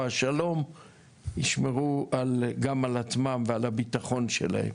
השלום ישמרו גם על עצמם ועל הביטחון שלהם.